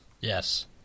Yes